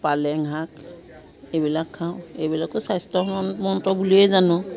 পালেং শাক এইবিলাক খাওঁ এইবিলাকো স্বাস্থ্যসন্মত বুলিয়েই জানো